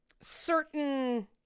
certain